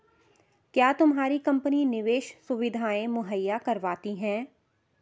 क्या तुम्हारी कंपनी निवेश सुविधायें मुहैया करवाती है?